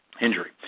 injury